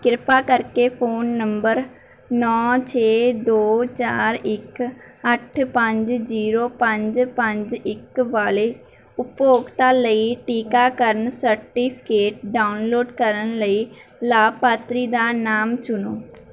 ਕਿਰਪਾ ਕਰਕੇ phone number ਨੌ ਛੇ ਦੋ ਚਾਰ ਇੱਕ ਅੱਠ ਪੰਜ ਜ਼ੀਰੋ ਪੰਜ ਪੰਜ ਇੱਕ ਵਾਲੇ ਉਪਭੋਗਤਾ ਲਈ ਟੀਕਾਕਰਨ ਸਰਟੀਫਿਕੇਟ ਡਾਊਨਲੋਡ ਕਰਨ ਲਈ ਲਾਭਪਾਤਰੀ ਦਾ ਨਾਮ ਚੁਣੋ